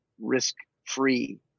risk-free